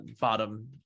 bottom